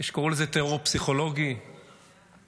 יש שקראו לזה "טרור פסיכולוגי"; חברים,